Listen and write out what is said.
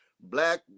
black